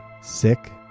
sick